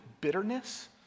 bitterness